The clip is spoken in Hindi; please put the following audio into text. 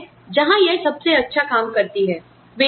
तो यह है जहां यह सबसे अच्छा काम करती है